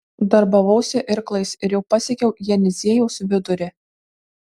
darbavausi irklais ir jau pasiekiau jenisiejaus vidurį